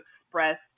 express